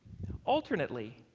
alternately,